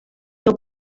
seu